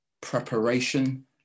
preparation